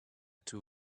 two